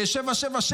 777,